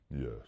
Yes